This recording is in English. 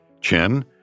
Chen